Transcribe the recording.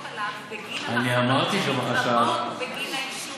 עליו בגין המחלות שנגרמות בגין העישון.